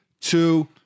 two